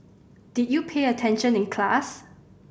did you pay attention in class